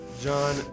John